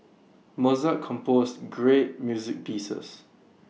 Mozart composed great music pieces